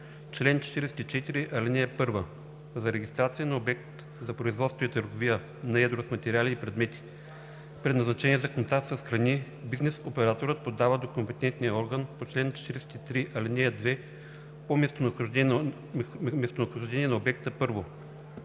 чл. 44: „Чл. 44. (1) За регистрация на обект за производство и търговия на едро с материали и предмети, предназначени за контакт с храни, бизнес операторът подава до компетентния орган по чл. 43, ал. 2 по местонахождение на обекта: 1.